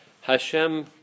Hashem